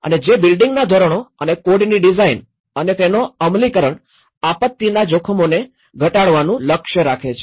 અને જે બિલ્ડિંગના ધોરણો અને કોડની ડિઝાઇન અને તેનો અમલીકરણ આપત્તિના જોખમને ઘટાડવાનું લક્ષ્ય રાખે છે